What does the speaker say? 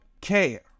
care